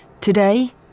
Today